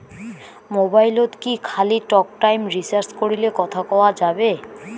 মোবাইলত কি খালি টকটাইম রিচার্জ করিলে কথা কয়া যাবে?